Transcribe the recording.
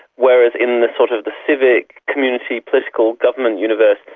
whereas in the sort of the civic community, political, government universe,